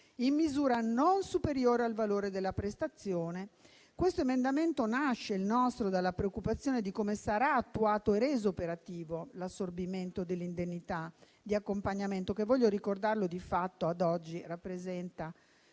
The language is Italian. in misura non superiore al valore della prestazione. Questo emendamento nasce dalla preoccupazione in relazione a come sarà attuato e reso operativo l'assorbimento dell'indennità di accompagnamento, che - voglio ricordarlo - ad oggi rappresenta